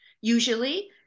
usually